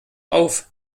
auf